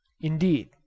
indeed